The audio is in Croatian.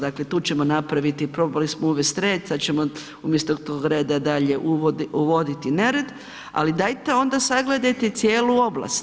Dakle, tu ćemo napraviti probali smo uvesti red, sad ćemo umjesto tog reda dalje uvoditi nered, ali dajte onda sagledajte cijelu oblast.